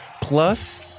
plus